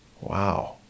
Wow